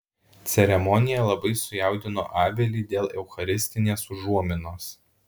ceremonija labai sujaudino abelį dėl eucharistinės užuominos